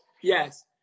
Yes